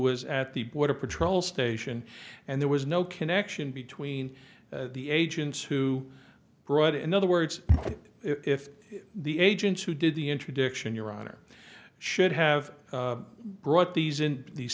was at the border patrol station and there was no connection between the agents who brought in other words if the agents who did the interdiction your honor should have brought these in these